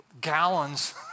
gallons